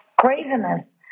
craziness